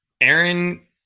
Aaron